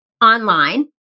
online